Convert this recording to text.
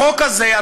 החוק הזה,